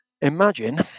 imagine